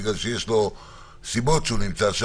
יש סיבות לכך.